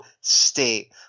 state